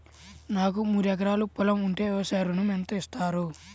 నాకు మూడు ఎకరాలు పొలం ఉంటే వ్యవసాయ ఋణం ఎంత ఇస్తారు?